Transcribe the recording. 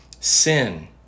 sin